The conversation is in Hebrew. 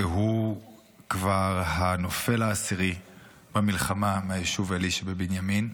והוא כבר הנופל העשירי במלחמה מהיישוב עלי שבבנימין.